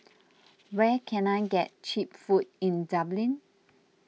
where can I get Cheap Food in Dublin